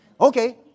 Okay